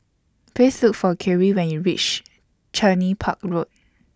Please Look For Khiry when YOU REACH Cluny Park Road